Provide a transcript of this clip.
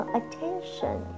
attention